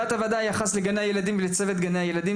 ד׳: היחס לגני הילדים ולצוות גני הילדים,